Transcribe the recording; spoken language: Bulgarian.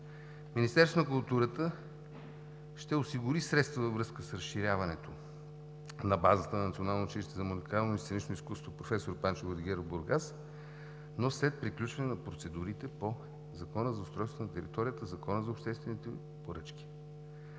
Министерството на културата ще осигури средства във връзка с разширяването базата на Националното училище за музикално и сценично изкуство „Проф. Панчо Владигеров“ – Бургас, но след приключване на процедурите по Закона за устройство на територията и Закона за обществените поръчки.